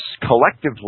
collectively